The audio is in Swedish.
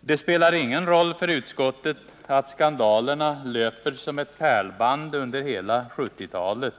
Det spelar ingen roll för utskottet att skandalerna löper som ett pärlband under hela 1970-talet.